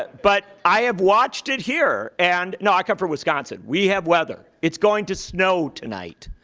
but i have watched it here. and no, i come from wisconsin. we have weather. it's going to snow tonight.